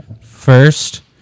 first